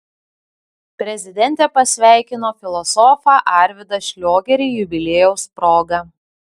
prezidentė pasveikino filosofą arvydą šliogerį jubiliejaus proga